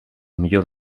millor